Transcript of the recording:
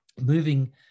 moving